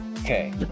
Okay